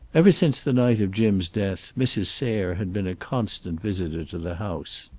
ever since the night of jim's death mrs. sayre had been a constant visitor to the house.